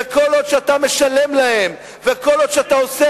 וכל עוד אתה משלם להם וכל עוד אתה עושה